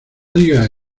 digas